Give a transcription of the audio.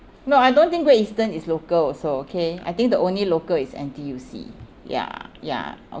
no I don't think great eastern is local also okay I think the only local is N_T_U_C ya ya